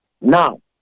Now